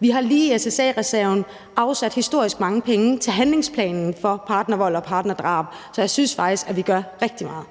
Vi har lige i SSA-reserven afsat historisk mange penge til handlingsplanen for partnervold og partnerdrab, så jeg synes faktisk, at vi gør rigtig meget.